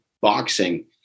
boxing